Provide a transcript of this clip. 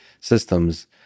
systems